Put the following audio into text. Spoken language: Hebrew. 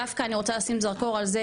דווקא אני רוצה לשים זרקור על זה,